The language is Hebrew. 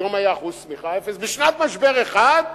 ופתאום אחוז הצמיחה היה אפס בשנת משבר אחת,